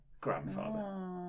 grandfather